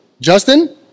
Justin